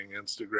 Instagram